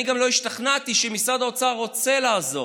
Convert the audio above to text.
אני גם לא השתכנעתי שמשרד האוצר רוצה לעזור.